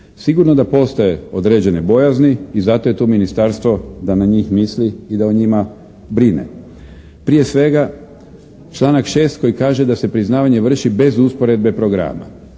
Sigurno da postoje određene bojazni i zato je tu ministarstvo da na njih misli i da o njima brine. Prije svega članak 6. koji kaže da se priznavanje vrši bez usporedbe programa.